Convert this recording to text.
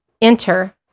enter